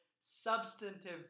substantive